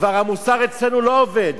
המוסר אצלנו כבר לא עובד,